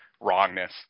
wrongness